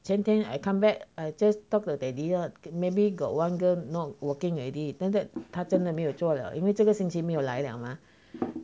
今天 I come back I just talk to daddy ah maybe got one girl not working already after that 他真的没有做了因为这个星期没有来了吗